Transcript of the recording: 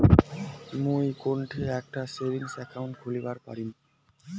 মুই কোনঠে একটা সেভিংস অ্যাকাউন্ট খুলিবার পারিম?